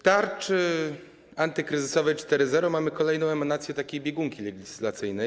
W tarczy antykryzysowej 4.0 mamy kolejną emanację takiej biegunki legislacyjnej.